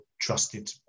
trusted